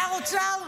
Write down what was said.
שר אוצר כושל,